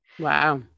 Wow